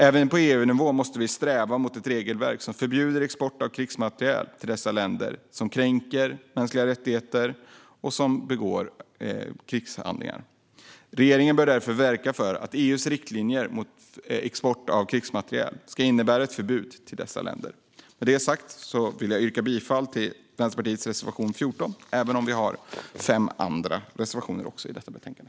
Även på EU-nivå måste vi sträva mot ett regelverk som förbjuder export av krigsmateriel till länder som kränker mänskliga rättigheter och länder som begår krigshandlingar. Regeringen bör därför verka för att EU:s riktlinjer för export av krigsmateriel ska innehålla ett förbud mot export till dessa länder. Med detta sagt vill jag yrka bifall till Vänsterpartiets reservation 14, även om vi också har fem andra reservationer i detta betänkande.